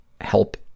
Help